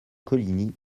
coligny